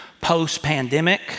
post-pandemic